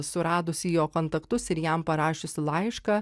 suradusi jo kontaktus ir jam parašiusi laišką